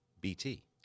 BT